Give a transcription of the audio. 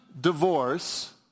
divorce